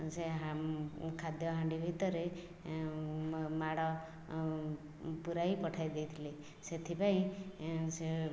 ସେ ଖାଦ୍ୟ ହାଣ୍ଡି ଭିତରେ ମାଡ଼ ପୁରେଇ ପଠାଇ ଦେଇଥିଲେ ସେଥିପାଇଁ ସେ